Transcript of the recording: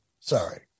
Sorry